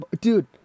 dude